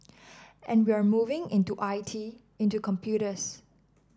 and we're moving into I T into computers